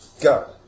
Go